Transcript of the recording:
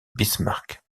bismarck